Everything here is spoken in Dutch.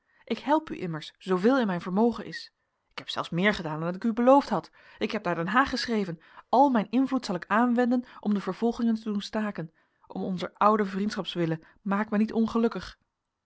ik help u immers zooveel in mijn vermogen is ik heb zelfs meer gedaan dan ik u beloofd had ik heb naar den haag geschreven al mijn invloed zal ik aanwenden om de vervolgingen te doen staken om onzer oude vriendschaps wille maak mij niet ongelukkig